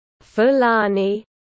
Fulani